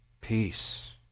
Peace